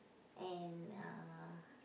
and uh